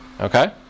Okay